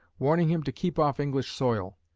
warning him to keep off english soil.